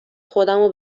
خودمو